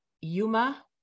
Yuma